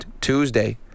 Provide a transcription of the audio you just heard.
Tuesday